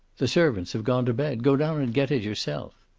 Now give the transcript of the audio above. the servants have gone to bed. go down and get it yourself.